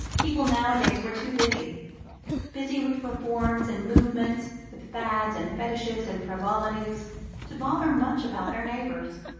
people nowadays were too busy busy with reforms and movements, with fads and fetishes and frivolities to bother much about their neighbours.